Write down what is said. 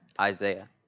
Isaiah